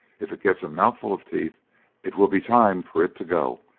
if it gets a mouthful of teeth it will be time for it to go,